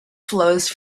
flows